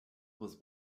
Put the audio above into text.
was